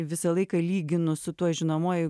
visą laiką lyginu su tuo žinomuoju